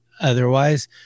otherwise